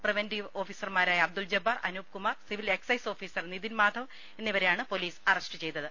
preventive ഓഫീ സർമാരായ Abdul Jabbar Anoop Kumar civil excise officer Nithin Madhav എന്നിവരെയാണ് പൊലീസ് അറസ്റ്റ് ചെയ്തത്